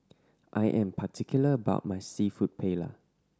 I am particular about my Seafood Paella